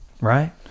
right